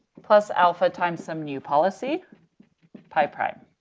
plus alpha times some new policy pi prime,